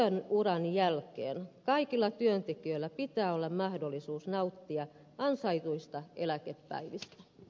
ja työuran jälkeen kaikilla työntekijöillä pitää olla mahdollisuus nauttia ansaituista eläkepäivistä